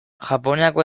japoniako